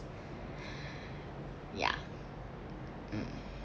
ya mm